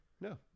no